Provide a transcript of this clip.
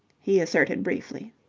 he asserted briefly.